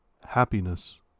Happiness